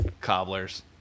Cobblers